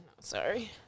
Sorry